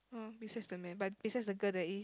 uh besides the man but besides the girl there is